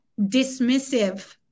dismissive